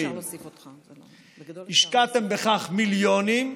השקעתם בכך מיליונים,